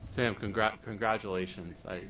sam, congratulations. congratulations. i